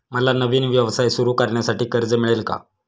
मला नवीन व्यवसाय सुरू करण्यासाठी कर्ज मिळेल का?